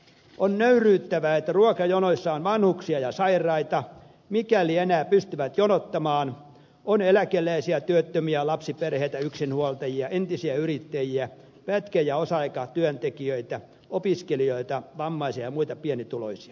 on nöyryyttävää että ruokajonoissa on vanhuksia ja sairaita mikäli enää pystyvät jonottamaan on eläkeläisiä työttömiä lapsiperheitä yksinhuoltajia entisiä yrittäjiä pätkä ja osa aikatyöntekijöitä opiskelijoita vammaisia ja muita pienituloisia